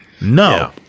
No